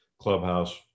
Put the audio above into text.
clubhouse